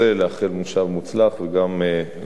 לאחל מושב מוצלח, וגם לך,